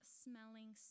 smelling